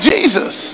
Jesus